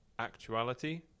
Actuality